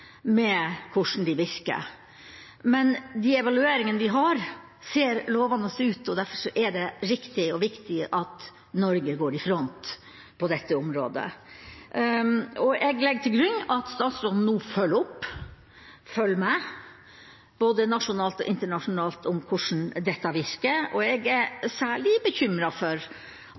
med hvordan de virker. Men de evalueringene vi har, ser lovende ut, og derfor er det riktig og viktig at Norge går i front på dette området. Jeg legger til grunn at statsråden nå følger opp, følger med, både nasjonalt og internasjonalt, på hvordan dette virker. Jeg er særlig bekymret for